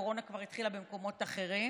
קורונה כבר התחילה במקומות אחרים,